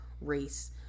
race